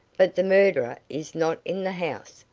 but the murderer is not in the house,